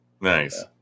Nice